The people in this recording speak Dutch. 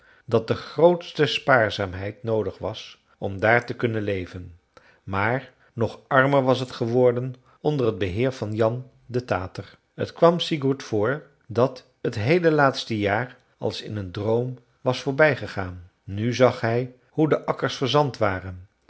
dat de grootste spaarzaamheid noodig was om daar te kunnen leven maar nog armer was het geworden onder het beheer van jan den tater t kwam sigurd voor dat het heele laatste jaar als in een droom was voorbijgegaan nu zag hij hoe de akkers verzand waren